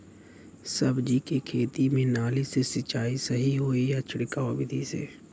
सब्जी के खेती में नाली से सिचाई सही होई या छिड़काव बिधि से?